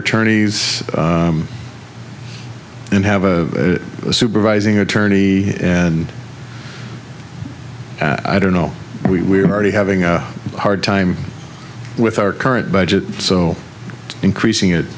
attorneys and have a supervising attorney and i don't know we are already having a hard time with our current budget so increasing it